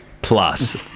Plus